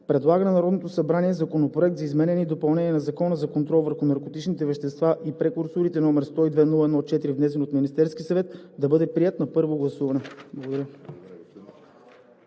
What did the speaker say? предлага на Народното събрание Законопроект за изменение и допълнение на Закона за контрол върху наркотичните вещества и прекурсорите, № 102-01-4, внесен от Министерския съвет да бъде приет на първо гласуване.“ Благодаря.